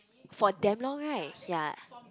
for damn long right ya